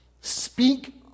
speak